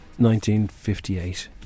1958